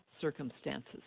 circumstances